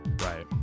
Right